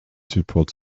supports